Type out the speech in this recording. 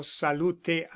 salute